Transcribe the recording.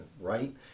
right